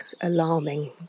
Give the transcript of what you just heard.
alarming